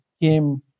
came